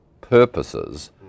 purposes